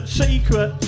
secret